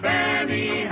Benny